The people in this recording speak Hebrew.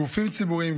גופים ציבוריים,